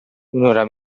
un’ora